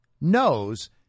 knows